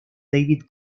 david